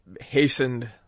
hastened